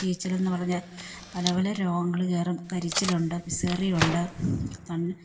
ചീച്ചലെന്ന് പറഞ്ഞ് പല പല രോഗങ്ങൾ കയറും കരിച്ചിലുണ്ട് പിസേറിയുണ്ട്